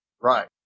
Right